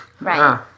right